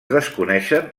desconeixen